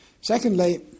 Secondly